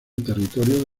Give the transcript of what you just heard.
territorio